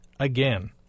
Again